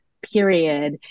Period